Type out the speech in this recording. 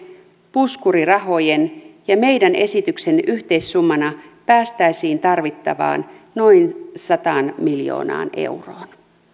puskurirahojen ja meidän esityksemme yhteissummana päästäisiin tarvittavaan noin sataan miljoonaan euroon